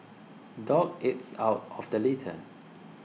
dog eats out of the litter